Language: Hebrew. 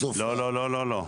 לא, לא.